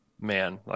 man